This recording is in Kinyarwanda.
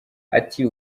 ati